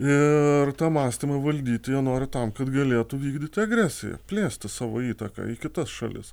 ir tą mąstymą valdyt jie nori tam kad galėtų vykdyti agresiją plėsti savo įtaką į kitas šalis